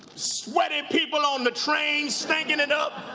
sweaty people on the train, stinking it up.